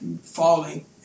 falling